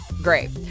great